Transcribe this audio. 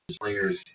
players